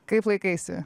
kaip laikaisi